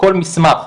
כל מסמך,